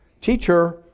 Teacher